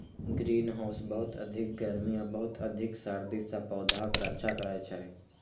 greenhouse बहुत अधिक गर्मी आ बहुत अधिक सर्दी सं पौधाक रक्षा करै छै